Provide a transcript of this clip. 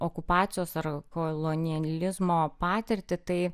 okupacijos ar kolonializmo patirtį tai